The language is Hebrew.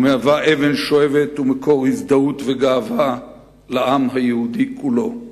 ומהווה אבן שואבת ומקור הזדהות וגאווה לעם היהודי כולו.